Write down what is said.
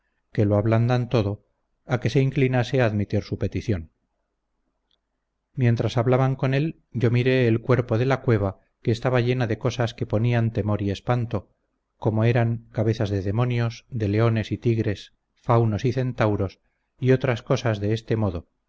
que lo ablandan todo a que se inclinase a admitir su petición mientras hablaban con él yo miré el cuerpo de la cueva que estaba llena de cosas que ponían temor y espanto corno era cabezas de demonios de leones y tigres faunos y centauros y otras cosas de este modo